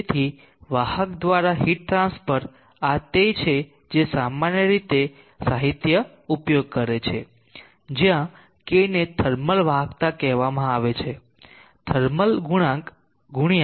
તેથી વાહક દ્વારા હીટ ટ્રાન્સફર આ તે જ છે જે સામાન્ય રીતે સાહિત્ય ઉપયોગ કરે છે જ્યાં K ને થર્મલ વાહકતા કહેવામાં આવે છે થર્મલ ગુણાંક ગુણ્યા Δx